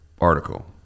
article